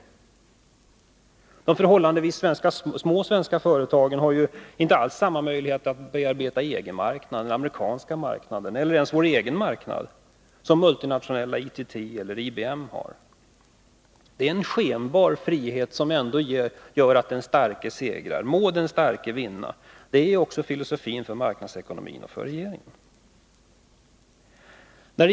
De förhållandevis små svenska företagen har inte alls samma möjlighet att bearbeta EG-marknaden och den amerikanska marknaden eller ens vår egen marknad som multinationella ITT eller IBM har. Det är en skenbar frihet som ändå gör att den starke segrar. Må den starke vinna! Det är filosofin också bakom marknadsekonomin och för regeringen.